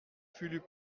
fulup